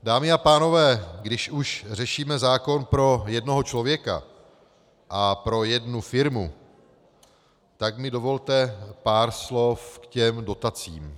Dámy a pánové, když už řešíme zákon pro jednoho člověka a pro jednu firmu, tak mi dovolte pár slov k dotacím.